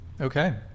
Okay